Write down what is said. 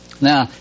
Now